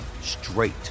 straight